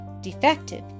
defective